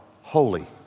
holy